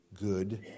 good